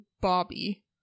Bobby